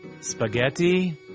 Spaghetti